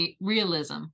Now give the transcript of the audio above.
realism